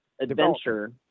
adventure